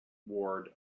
ward